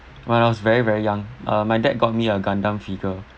when I was very very young uh my dad got me a gundam figure